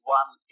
one